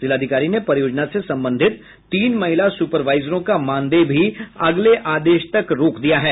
जिलाधिकारी ने परियोजना से संबंधित तीन महिला सुपरवाइजरों का मानदेय भी अगले आदेश तक रोक दिया है